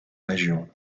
région